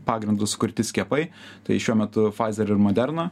pagrindu sukurti skiepai tai šiuo metu fazer ir moderna